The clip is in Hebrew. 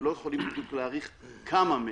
לא יכולים בדיוק להעריך כמה מהם.